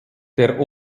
der